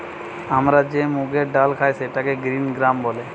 আমরা যে মুগের ডাল খাই সেটাকে গ্রিন গ্রাম বলে